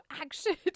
action